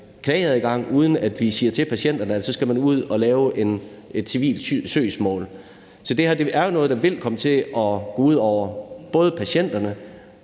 klageadgang, uden at vi siger til patienterne, at så skal man ud at lave et civilt søgsmål. Så det her er jo noget, der vil komme til at gå ud over både patienterne,